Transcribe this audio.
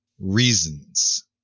reasons